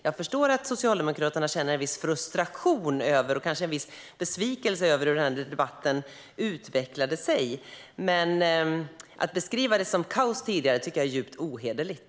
Jag förstår att Socialdemokraterna känner en viss frustration och kanske en viss besvikelse över hur den här debatten utvecklade sig, men att beskriva det som att det var kaos tidigare tycker jag är djupt ohederligt.